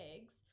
eggs